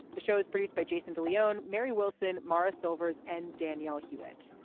the show is produced by jason de leon. mary wilson morris silvers and danielle hewitt.